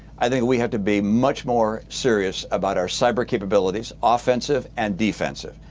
i think we have to be much more serious about our cyber capabilities, offensive and defensive.